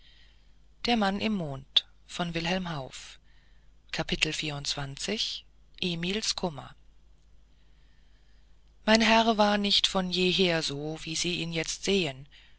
emils kummer mein herr war nicht von jeher so wie sie ihn jetzt sehen